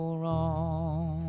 wrong